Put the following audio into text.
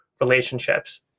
relationships